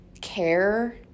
care